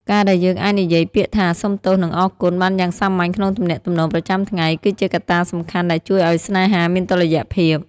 ការដែលយើងអាចនិយាយពាក្យថា «សុំទោស» និង «អរគុណ» បានយ៉ាងសាមញ្ញក្នុងទំនាក់ទំនងប្រចាំថ្ងៃ គឺជាកត្តាសំខាន់ដែលជួយឱ្យស្នេហាមានតុល្យភាព។